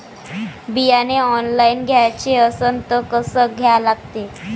बियाने ऑनलाइन घ्याचे असन त कसं घ्या लागते?